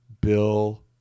Bill